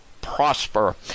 prosper